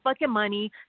money